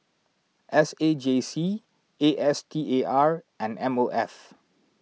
S A J C A S T A R and M O F